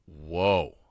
Whoa